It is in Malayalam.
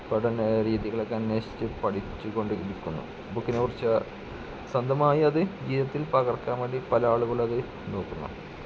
പഠന രീതികളൊക്കെ അന്വേഷിച്ച് പഠിച്ച് കൊണ്ടിരിക്കുന്നു ബുക്കിനെ കുറിച്ച് സ്വന്തമായി അത് ജീവിതത്തിൽ പകർത്താൻ വേണ്ടി പല ആളുകളും അത് നോക്കുന്നുണ്ട്